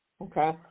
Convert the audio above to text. okay